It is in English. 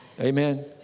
Amen